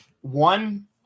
one